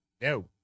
No